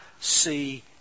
see